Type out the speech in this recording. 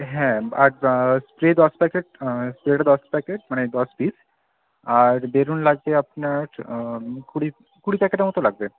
হ্যাঁ আর স্প্রে দশ প্যাকেট স্প্রেটা দশ প্যাকেট মানে দশ পিস আর বেলুন লাগবে আপনার কুড়ি কুড়ি প্যাকেটের মতো লাগবে